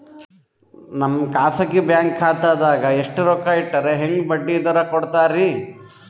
ನಮ್ಮ ಖಾಸಗಿ ಬ್ಯಾಂಕ್ ಖಾತಾದಾಗ ಎಷ್ಟ ರೊಕ್ಕ ಇಟ್ಟರ ಹೆಂಗ ಬಡ್ಡಿ ದರ ಕೂಡತಾರಿ?